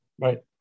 Right